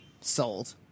Sold